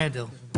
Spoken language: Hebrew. בסדר.